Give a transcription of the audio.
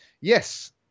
yes